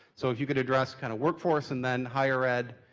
so if you could address kind of workforce, and then higher ed,